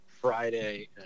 Friday